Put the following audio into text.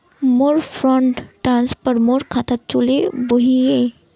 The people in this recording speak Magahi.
मोर फंड ट्रांसफर मोर खातात चले वहिये